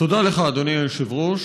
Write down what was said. תודה לך, אדוני היושב-ראש.